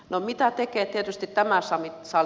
no mitä tekee tietysti tämä sali